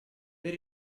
per